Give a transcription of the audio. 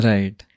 Right